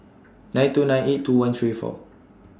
nine two nine eight two one three four